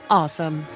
awesome